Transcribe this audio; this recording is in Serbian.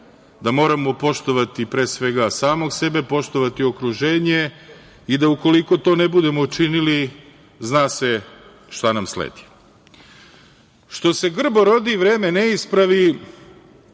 da moramo poštovati pre svega samog sebe, poštovati okruženje i da ukoliko to ne budemo učinili, zna se šta nam sledi.„Što se grbo rodi vreme ne ispravi“.